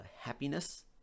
happiness